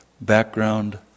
background